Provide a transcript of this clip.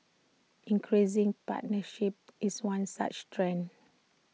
increasing partisanship is one such trend